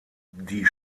die